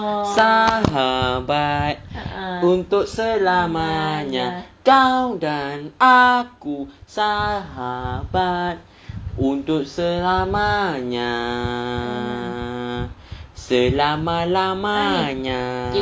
sahabat untuk selamanya kau dan aku sahabat untuk selamanya selama-lamanya